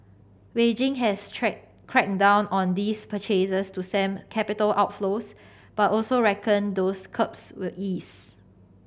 Beijing has cracked down on these purchases to stem capital outflows but also reckon those curbs will ease